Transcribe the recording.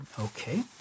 Okay